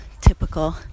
typical